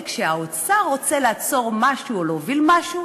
שכשהאוצר רוצה לעצור משהו או להוביל משהו